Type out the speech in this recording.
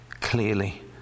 clearly